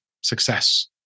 success